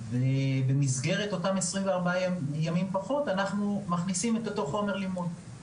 ובמסגרת אותם 24 ימים פחות אנחנו מכניסים אותו חומר לימוד,